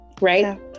right